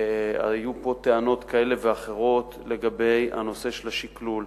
היו פה טענות כאלה ואחרות לגבי נושא השקלול.